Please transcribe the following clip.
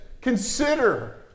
Consider